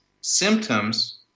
symptoms